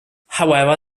however